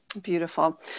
Beautiful